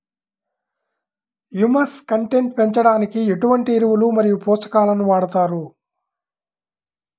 Humus content పెంచడానికి ఎటువంటి ఎరువులు మరియు పోషకాలను వాడతారు?